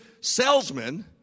salesman